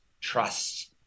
trust